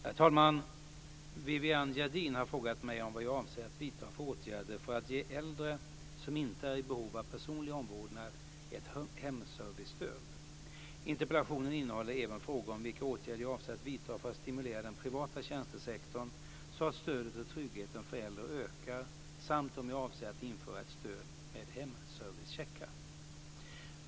Herr talman! Viviann Gerdin har frågat mig om vad jag avser att vidta för åtgärder för att ge äldre som inte är i behov av personlig omvårdnad ett hemservicestöd. Interpellationen innehåller även frågor om vilka åtgärder jag avser att vidta för att stimulera den privata tjänstesektorn så att stödet och tryggheten för äldre ökar samt om jag avser att införa ett stöd med hemservicecheckar.